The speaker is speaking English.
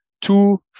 two